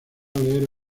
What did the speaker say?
leer